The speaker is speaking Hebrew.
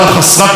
גשרים,